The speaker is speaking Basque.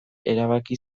erabaki